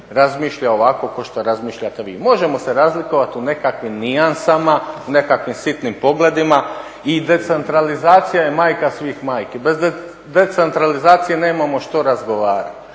razmišlja ovako kao što razmišljate vi. Možemo se razlikovati u nekakvim nijansama, u nekakvim sitnim pogledima i decentralizacija je majka svih majki. Bez decentralizacije nemamo što razgovarati.